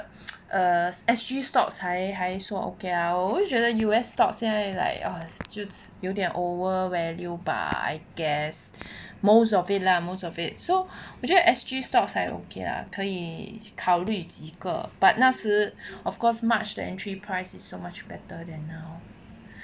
S_G stocks 还说 okay lah 我就觉得 U_S stocks 现在 like 就有点 over value bah I guess most of it lah most of it so 我觉得 S_G stocks 还 okay 啦可以考虑几个 but 那时 of course march the entry price is so much better than now